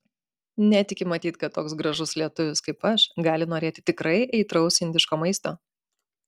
netiki matyt kad toks gražus lietuvis kaip aš gali norėti tikrai aitraus indiško maisto